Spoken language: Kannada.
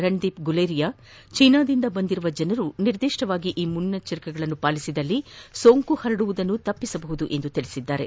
ರಣದೀಪ್ ಗುಲೇರಿಯಾ ಚೀನಾದಿಂದ ಬಂದಿರುವ ಜನರು ನಿರ್ದಿಷ್ಟವಾಗಿ ಈ ಮುನ್ನೆಚ್ಚರಿಕೆಗಳನ್ನು ಪಾಲಿಸಿದರೆ ಸೋಂಕು ಹರಡುವುದನ್ನು ತಪ್ಪಿಸಬಹುದಾಗಿದೆ ಎಂದು ಹೇಳಿದ್ದಾರೆ